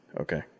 Okay